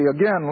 again